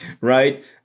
right